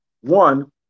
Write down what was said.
One